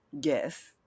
guess